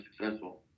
successful